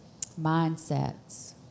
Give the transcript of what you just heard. Mindsets